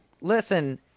Listen